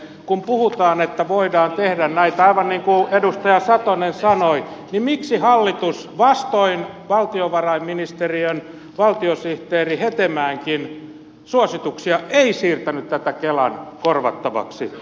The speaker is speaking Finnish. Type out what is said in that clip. kun puhutaan että voidaan tehdä näitä aivan niin kuin edustaja satonen sanoi niin miksi hallitus vastoin valtiovarainministeriön valtiosihteeri hetemäenkin suosituksia ei siirtänyt tätä kelan korvattavaksi